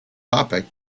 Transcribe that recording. topic